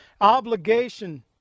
obligation